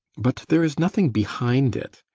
but there is nothing behind it!